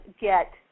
get